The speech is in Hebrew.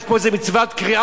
מה, יש פה איזה מצוות קריעה?